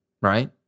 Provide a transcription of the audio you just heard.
right